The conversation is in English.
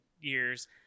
years